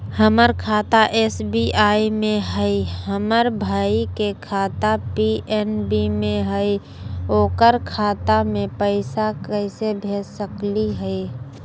हमर खाता एस.बी.आई में हई, हमर भाई के खाता पी.एन.बी में हई, ओकर खाता में पैसा कैसे भेज सकली हई?